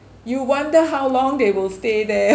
you wonder how long they will stay there